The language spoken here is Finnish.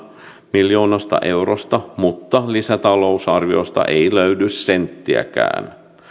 miljoonasta eurosta mutta lisätalousarviosta ei löydy senttiäkään